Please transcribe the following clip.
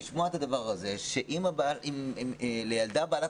לשמוע את הדבר הזה שאימא לילדה בעלת